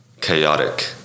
chaotic